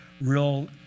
real